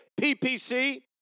PPC